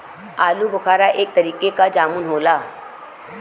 आलूबोखारा एक तरीके क जामुन होला